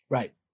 Right